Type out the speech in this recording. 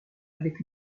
avec